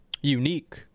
unique